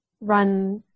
run